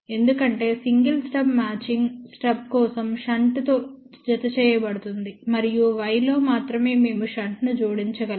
ఎందుకంటే single stub matching stub కోసం షంట్లో జతచేయబడుతుంది మరియు Y లో మాత్రమే మేము షంట్ను జోడించగలము